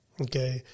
Okay